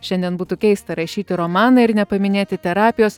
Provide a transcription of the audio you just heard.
šiandien būtų keista rašyti romaną ir nepaminėti terapijos